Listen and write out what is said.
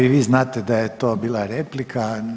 I vi znate da je to bila replika.